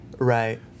Right